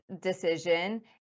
decision